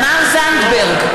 זנדברג,